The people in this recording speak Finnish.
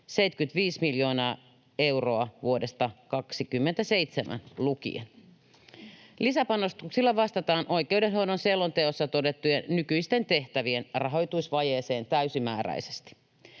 75 miljoonaa euroa vuodesta 27 lukien. Lisäpanostuksilla vastataan oikeudenhoidon selonteossa todettujen nykyisten tehtävien rahoitusvajeeseen täysimääräisesti.